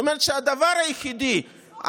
זאת אומרת שהדבר היחידי,